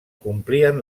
complien